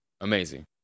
Amazing